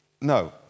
No